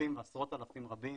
אלפים ועשרות אלפים רבים